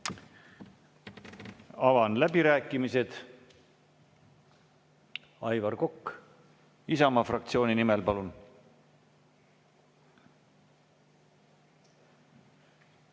Avan läbirääkimised. Aivar Kokk Isamaa fraktsiooni nimel, palun!